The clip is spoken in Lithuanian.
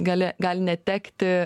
galia gali netekti